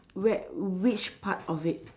where which part of it